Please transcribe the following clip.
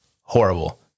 horrible